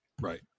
Right